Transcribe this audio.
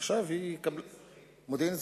עכשיו "מודיעין אזרחי"